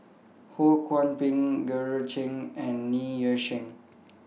Ho Kwon Ping Georgette Chen and Ng Yi Sheng